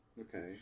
Okay